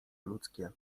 ludzkie